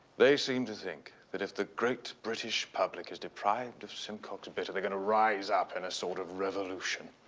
they seem to think that if the great british public is deprived of simcox bitter they're gonna rise up in a sort of revolution.